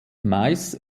mais